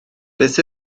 beth